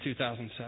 2007